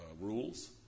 rules